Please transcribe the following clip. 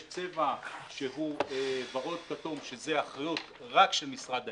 יש צבע שהוא ורוד-כתום שזה אחריות רק של משרד האנרגיה,